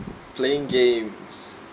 playing games